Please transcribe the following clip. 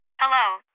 Hello